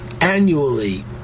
annually